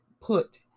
put